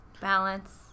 balance